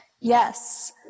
Yes